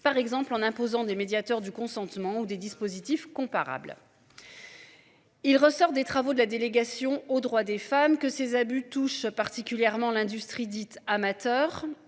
par exemple en imposant des médiateurs du consentement ou des dispositifs comparables. Il ressort des travaux de la délégation aux droits des femmes que ces abus touchent particulièrement l'industrie dite amateur